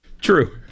True